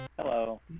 hello